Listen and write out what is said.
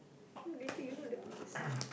later you know the answer